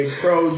pro